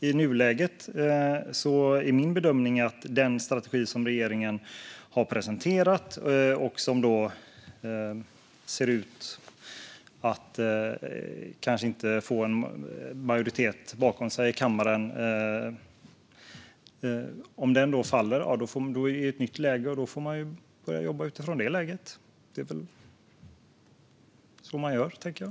I nuläget är min bedömning att den strategi som regeringen har presenterat ser ut att kanske inte få majoritet i kammaren, och om den faller blir det ett nytt läge. Då får man börja jobba utifrån det läget. Det är väl så man gör, tänker jag.